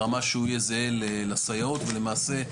ברמה שהוא יהיה זהה לסייעות ולמעשה,